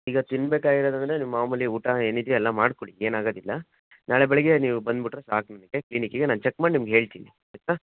ಈಗ ತಿನ್ಬೇಕಾಗಿರೋದಂದರೆ ನಿಮ್ಮ ಮಾಮೂಲಿ ಊಟ ಏನಿದೆಯೋ ಎಲ್ಲ ಮಾಡ್ಕೋಳಿ ಏನಾಗೋದಿಲ್ಲ ನಾಳೆ ಬೆಳಗ್ಗೆ ನೀವು ಬಂದ್ಬಿಟ್ರೆ ಸಾಕು ಕ್ಲಿನಿಕ್ಕಿಗೆ ನಾನು ಚೆಕ್ ಮಾಡಿ ನಿಮ್ಗೆ ಹೇಳ್ತೀನಿ ಆಯಿತಾ